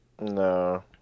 No